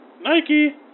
Nike